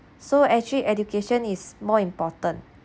so actually education is more important